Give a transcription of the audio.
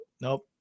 nope